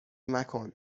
مکن